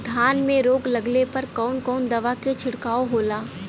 धान में रोग लगले पर कवन कवन दवा के छिड़काव होला?